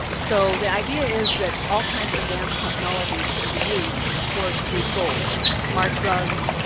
so the idea is that all kinds of advanced technologies can be used towards these goals smart drugs,